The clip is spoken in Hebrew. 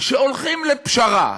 שהולכים לפשרה,